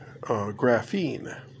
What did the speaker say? graphene